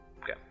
Okay